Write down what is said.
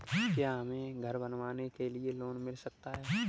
क्या हमें घर बनवाने के लिए लोन मिल सकता है?